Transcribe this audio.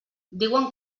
diuen